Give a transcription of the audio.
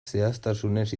zehaztasunez